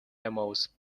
famous